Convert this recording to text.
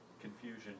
Confusion